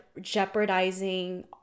jeopardizing